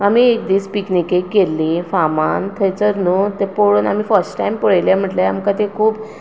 आमी एक दीस पिकनिकेक गेल्लीं फामान थंयचर न्हू तें पळोवन आमी फस्ट टायम पळयलें म्हटल्या आमकां तें खूब